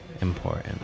important